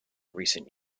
recent